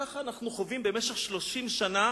כך אנחנו חווים במשך 30 שנה